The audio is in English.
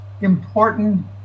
important